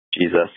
Jesus